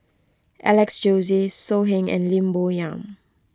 Alex Josey So Heng and Lim Bo Yam